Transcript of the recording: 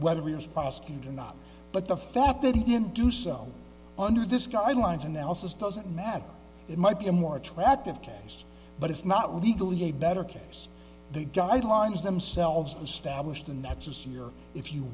whether readers prosecute or not but the fact that he didn't do so under this guidelines analysis doesn't matter it might be a more attractive case but it's not legally a better case the guidelines themselves established in next year if you